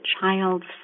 child's